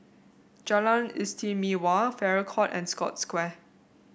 Jalan Istimewa Farrer Court and Scotts Square